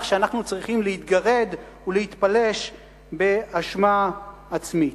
שאנחנו צריכים להתגרד ולהתפלש בהאשמה עצמית.